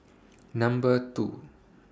Number two